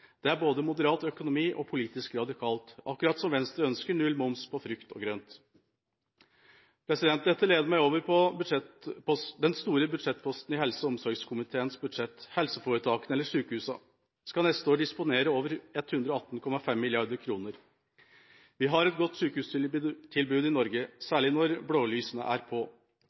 Det er både moderat økonomi og politisk radikalt – akkurat som Venstre ønsker null moms på frukt og grønt. Dette leder meg over på den store budsjettposten i helse- og omsorgskomiteens budsjett. Helseforetakene, eller sykehusene, skal neste år disponere over 118,5 mrd. kr. Vi har et godt sykehustilbud i Norge, særlig når blålysene er på.